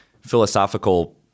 philosophical